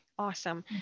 awesome